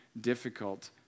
difficult